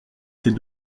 ces